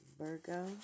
Virgo